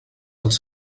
dels